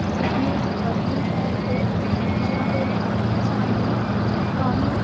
fitness ਵਧਦੀ ਹੈ ਅਤੇ ਦੂਜਿਆਂ ਦੇ ਨਾਲ ਸਾਨੂੰ ਕੰਮ